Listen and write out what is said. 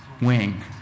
wing